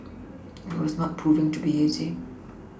and it was not proving to be easy